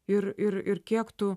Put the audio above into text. ir ir ir kiek tu